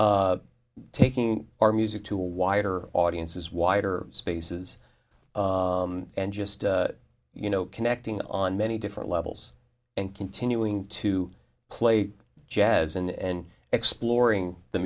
taking our music to a wider audience as wider spaces and just you know connecting on many different levels and continuing to play jazz and exploring the